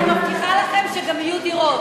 ואני מבטיחה לכם שגם יהיו דירות.